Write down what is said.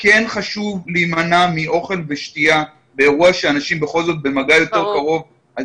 כן חשוב להימנע מאוכל ושתייה באירוע שאנשים בכל זאת במגע יותר קרוב,